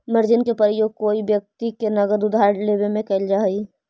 margin के प्रयोग कोई व्यक्ति से नगद उधार लेवे में कैल जा हई